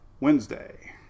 Wednesday